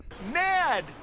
Ned